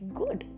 good